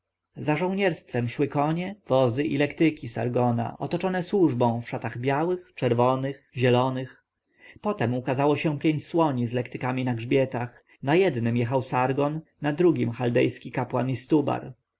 za żołnierstwem szły konie wozy i lektyki sargona otoczone służbą w szatach białych czerwonych zielonych potem ukazało się pięć słoni z lektykami na grzbietach na jednym jechał sargon na drugim chaldejski kapłan istubar